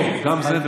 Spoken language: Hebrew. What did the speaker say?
גם זה.